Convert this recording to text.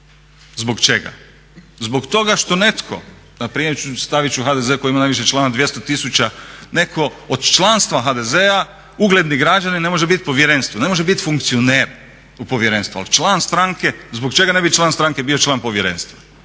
Zbog čega? Zbog toga što netko, npr. staviti ću HDZ koji ima najviše člana 200 tisuća, netko od članstva HDZ-a, ugledni građanin ne može biti u povjerenstvu, ne može biti funkcioner u povjerenstvu ali član stranke, zbog čega ne bi član stranke bio član povjerenstva?